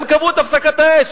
הם קבעו את הפסקת האש: